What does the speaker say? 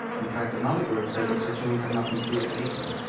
in fact, another group said sirtuins have nothing to do with aging.